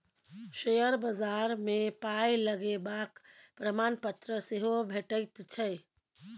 share बजार मे पाय लगेबाक प्रमाणपत्र सेहो भेटैत छै